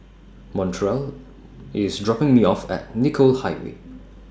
Montrell IS dropping Me off At Nicoll Highway